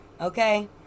Okay